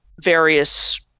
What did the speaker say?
various